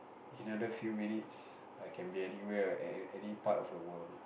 another few minutes I can be anywhere at at any part of the world